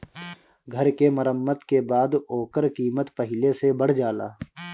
घर के मरम्मत के बाद ओकर कीमत पहिले से बढ़ जाला